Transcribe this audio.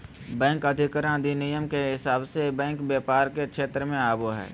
bank अधिग्रहण अधिनियम के हिसाब से ही बैंक व्यापार के क्षेत्र मे आवो हय